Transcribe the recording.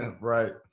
right